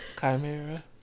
chimera